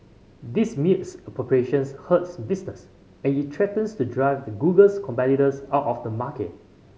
this misappropriation hurts business and it threatens to drive the Google's competitors out of the market